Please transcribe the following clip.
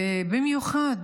ובמיוחד